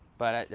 but,